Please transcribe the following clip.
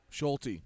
Schulte